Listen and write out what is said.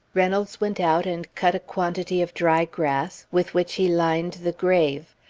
reynolds went out and cut a quantity of dry grass, with which he lined the grave.